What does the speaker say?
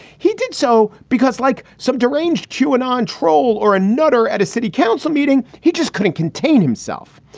he did so because, like some deranged q and on troll or a nutter at a city council meeting, he just couldn't contain himself.